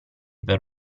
per